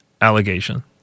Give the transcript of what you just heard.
allegation